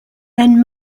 then